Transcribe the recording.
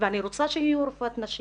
ואני רוצה שיהיו רופאות נשים,